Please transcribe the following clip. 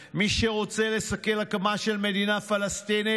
"מי שרוצה לסכל הקמה של מדינה פלסטינית